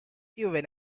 even